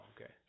okay